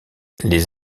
les